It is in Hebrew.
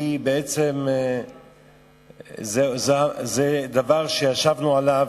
זה דבר שישבנו עליו.